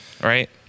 right